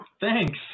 Thanks